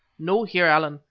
no, heer allan,